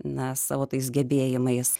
na savo tais gebėjimais